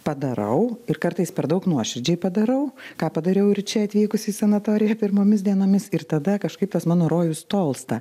padarau ir kartais per daug nuoširdžiai padarau ką padariau ir čia atvykus į sanatoriją pirmomis dienomis ir tada kažkaip tas mano rojus tolsta